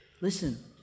Listen